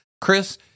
Chris